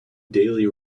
daily